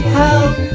help